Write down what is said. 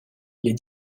les